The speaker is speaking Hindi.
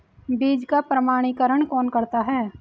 बीज का प्रमाणीकरण कौन करता है?